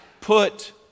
put